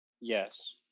Yes